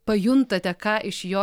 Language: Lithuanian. pajuntate ką iš jo